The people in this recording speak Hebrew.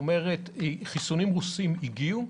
חיסונים רוסים הגיעו?